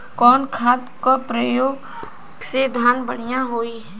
कवन खाद के पयोग से धान बढ़िया होई?